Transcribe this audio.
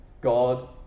God